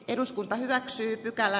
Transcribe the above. eduskunta hyväksyi pykälä